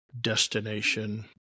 destination